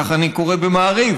ככה אני קורא במעריב.